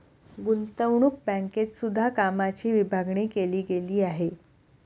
गुतंवणूक बँकेत सुद्धा कामाची विभागणी केली गेली आहे